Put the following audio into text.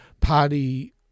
party